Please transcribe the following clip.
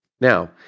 Now